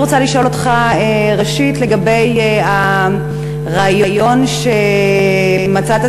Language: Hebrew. אני רוצה לשאול אותך לגבי הרעיון שמצא את